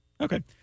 Okay